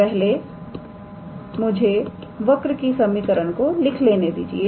तो मुझे पहले वक्र की समीकरण को लेने दीजिए